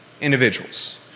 individuals